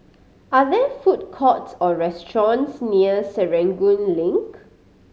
are there food courts or restaurants near Serangoon Link